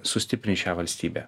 sustiprins šią valstybę